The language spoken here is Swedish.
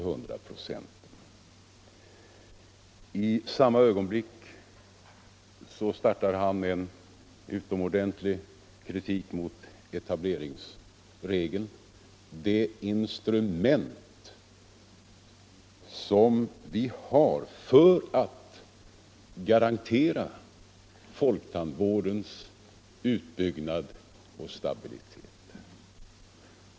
Å andra sidan inleder han i samma ögonblick en utomordentligt stark kritik mot etableringsregeln — det instrument som vi har för att garantera folktandvårdens utbyggnad och stabilitet.